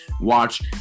watch